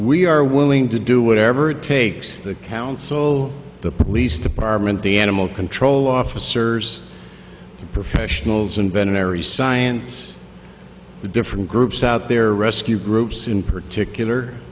we are willing to do whatever it takes the council the police department the animal control officers the professionals and binaries science the different groups out there rescue groups in particular